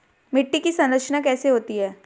मिट्टी की संरचना कैसे होती है?